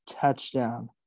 touchdown